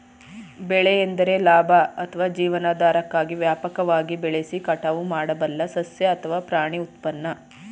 ಬೆಳೆ ಎಂದರೆ ಲಾಭ ಅಥವಾ ಜೀವನಾಧಾರಕ್ಕಾಗಿ ವ್ಯಾಪಕವಾಗಿ ಬೆಳೆಸಿ ಕಟಾವು ಮಾಡಬಲ್ಲ ಸಸ್ಯ ಅಥವಾ ಪ್ರಾಣಿ ಉತ್ಪನ್ನ